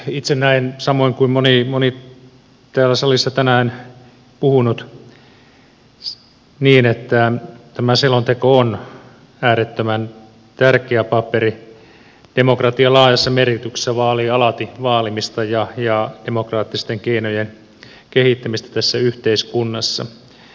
itse näen samoin kuin moni täällä salissa tänään puhunut että tämä selonteko on äärettömän tärkeä paperi demokratian laajassa merkityksessä vaalii alati vaalimista ja demokraattisten keinojen kehittämistä tässä yhteiskunnassa